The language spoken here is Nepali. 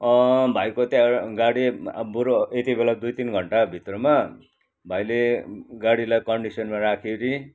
भाइको त्यहाँ गाडी बरु यति बेला दुई तिन घन्टा भित्रमा भाइले गाडीलाई कन्डिसनमा राखिओरि